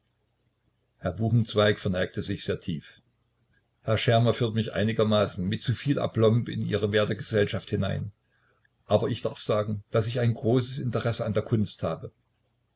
herr buchenzweig verneigte sich sehr tief herr schermer führt mich einigermaßen mit zu viel aplomb in ihre werte gesellschaft hinein aber ich darf sagen daß ich ein großes interesse an der kunst habe